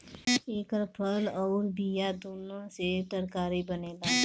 एकर फल अउर बिया दूनो से तरकारी बनेला